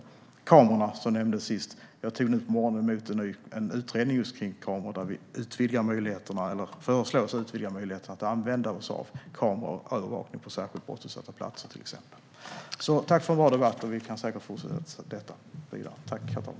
När det gäller kamerorna, som nämndes sist, tog jag nu på morgonen emot en utredning där vi föreslås utvidga möjligheten att använda kameror för övervakning av särskilt brottsutsatta platser, till exempel. Tack för en bra debatt! Vi kan säkert gå vidare med detta.